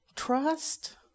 Trust